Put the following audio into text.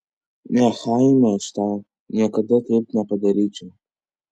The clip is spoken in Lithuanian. ne chaime aš tau niekada taip nepadaryčiau